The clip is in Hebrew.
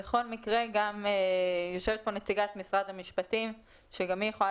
בכל מקרה יושבת פה גם נציגת משרד המשפטים שגם היא יכולה